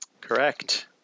Correct